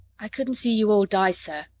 i couldn't see you all die, sir,